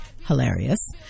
hilarious